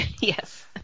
Yes